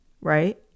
Right